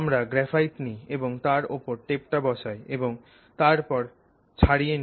আমরা গ্রাফাইট নিই এবং তার উপর টেপটা বসাই এবং তারপর ছাড়িয়ে নি